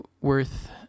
worth